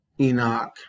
Enoch